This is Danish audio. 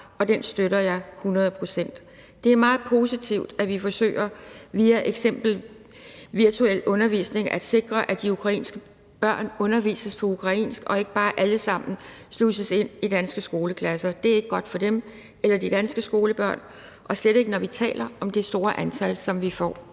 og den støtter jeg hundrede procent. Det er meget positivt, at vi forsøger via eksempelvis virtuel undervisning at sikre, at ukrainske børn undervises på ukrainsk og ikke bare alle sammen sluses ind i danske skoleklasser. Det er ikke godt for dem eller for de danske skolebørn, og slet ikke, når vi taler om det store antal, som vi får.